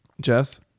Jess